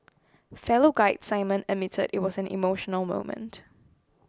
fellow guide Simon admitted it was an emotional moment